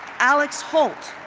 alex holt.